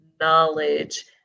knowledge